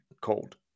cold